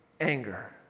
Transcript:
anger